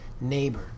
neighbor